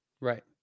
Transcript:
Right